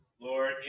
Lord